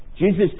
Jesus